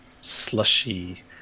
slushy